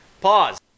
Pause